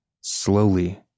slowly